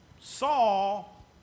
Saul